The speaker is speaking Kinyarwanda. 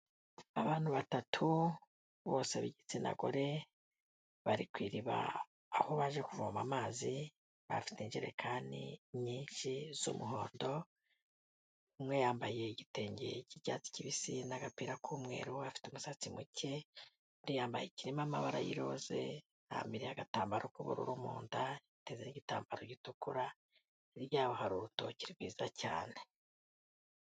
Abantu batatu bose b'igitsina gore, bari ku iriba aho baje kuvoma amazi, bafite injerekani nyinshi z'umuhondo, umwe yambaye igitenge cy'icyatsi kibisi n'agapira k'umweru afite umusatsi muke, undi yambaye ikirimo amabara y'iroze ahambiriye agatambaro k'ubururu mu nda, yatezeho igitambaro gitukura, hirya y'aho hari urutoki rwiza cyane.